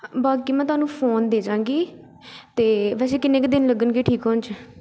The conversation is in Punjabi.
ਬਾਕੀ ਮੈਂ ਤੁਹਾਨੂੰ ਫ਼ੋਨ ਦੇ ਜਾਵਾਂਗੀ ਅਤੇ ਵੈਸੇ ਕਿੰਨੇ ਕੁ ਦਿਨ ਲੱਗਣਗੇ ਠੀਕ ਹੋਣ 'ਚ